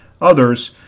others